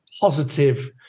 positive